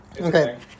Okay